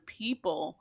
people